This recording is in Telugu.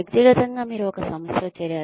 వ్యక్తిగతంగా మీరు ఒక సంస్థలో చేరారు